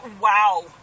wow